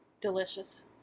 Delicious